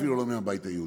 ואפילו לא הבית היהודי.